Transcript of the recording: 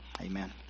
Amen